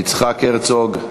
יצחק הרצוג.